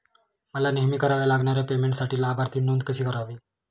मला नेहमी कराव्या लागणाऱ्या पेमेंटसाठी लाभार्थी नोंद कशी करावी?